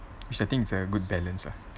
which I think it's a good balance lah